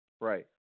Right